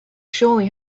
surely